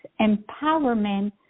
empowerment